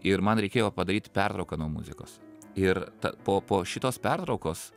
ir man reikėjo padaryti pertrauką nuo muzikos ir po po šitos pertraukos